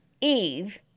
Eve